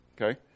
okay